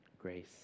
grace